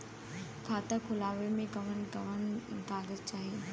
खाता खोलवावे में कवन कवन कागज चाही?